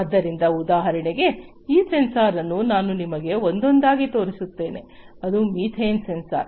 ಆದ್ದರಿಂದ ಉದಾಹರಣೆಗೆ ಈ ಸೆನ್ಸಾರ್ ಅನ್ನು ನಾನು ನಿಮಗೆ ಒಂದೊಂದಾಗಿ ತೋರಿಸುತ್ತೇನೆ ಇದು ಮೀಥೇನ್ ಸೆನ್ಸಾರ್